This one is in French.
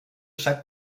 chaque